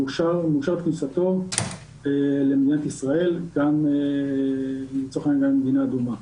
מאושרת כניסתו למדינת ישראל גם אם הוא מגיע ממדינה אדומה.